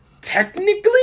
Technically